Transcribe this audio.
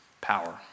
Power